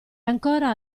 ancora